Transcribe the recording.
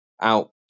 out